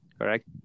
Correct